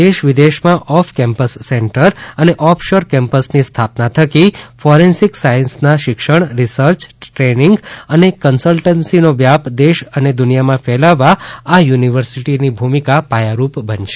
દેશ વિદેશમાં off campus centre તથા ઓફ શોર કેમ્પસની સ્થાપના થકી ફોરેન્સિક સાયન્સના શિક્ષણ રિસર્ચ દ્રેનીંગ અને કન્સલ્ટન્સીનો વ્યાપ દેશ અને દુનિયામાં ફેલાવવા આ યુનિવર્સિટીની ભૂમિકા પાયારૂપ બનશે